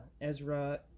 Ezra